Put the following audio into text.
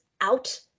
out